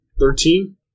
Thirteen